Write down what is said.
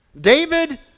David